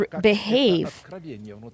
Behave